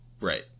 right